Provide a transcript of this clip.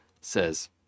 says